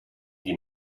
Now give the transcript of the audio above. die